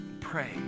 Pray